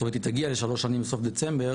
זאת אומרת היא תגיע לשלוש שנים בסוף דצמבר,